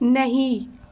نہیں